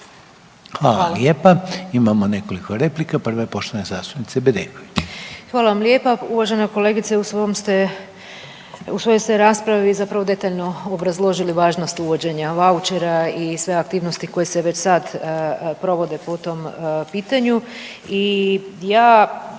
Hvala lijepa. Imamo nekoliko replika. Prva je poštovane zastupnice Bedeković. **Bedeković, Vesna (HDZ)** Hvala vam lijepa. Uvažena kolegice u svojoj ste raspravi zapravo detaljno obrazložili važnost uvođenja vouchera i sve aktivnosti koje se već sad provode po tom pitanju.